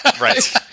Right